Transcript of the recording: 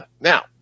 Now